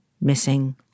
missing